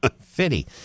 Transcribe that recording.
fitty